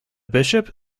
bishop